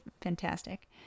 fantastic